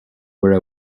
were